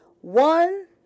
One